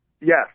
Yes